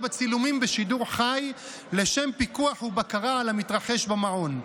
בצילומים בשידור חי לשם פיקוח ובקרה על המתרחש במעון.